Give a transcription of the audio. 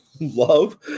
love